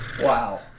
Wow